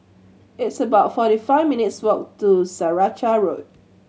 it's about forty five minutes' walk to Saraca Road